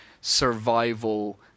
survival